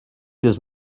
does